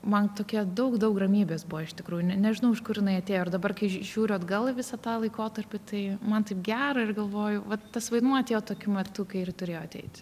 man tokia daug daug ramybės buvo iš tikrųjų ne nežinau iš kur jinai atėjo ir dabar kai žiūriu atgal į visą tą laikotarpį tai man taip gera ir galvoju va tas vaidmuo atėjo tokiu metu kai ir turėjo ateiti